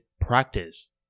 practice